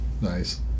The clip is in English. Nice